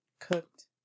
cooked